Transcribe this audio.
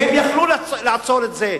והם היו יכולים לעצור את זה,